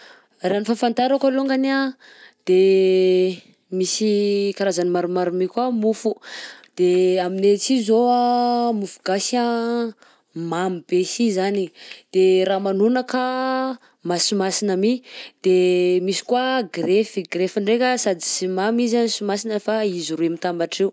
Raha ny fahafantarako alongany anh de misy karazany maromaro mi koa mofo, de aminay atsy zao anh mofo gasy anh mamy be si zany, de ramanonaka masimasina mi; de misy koa grefy, grefy ndraika sady tsy mamy izy a sy masina fa izy roy mitambatra io.